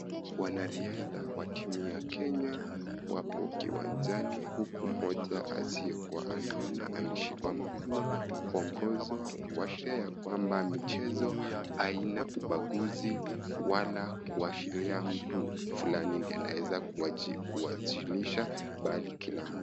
Wanariadha wa timu ya Kenya wapo uwanjani huku mmoja asiyekuwa anaona ameshikwa mkono kuongozwa kushiria kwamba mchezo haina ubaguzi wala kushiria mtu fulani ndio anaweza kuwajilisha bali kila mtu.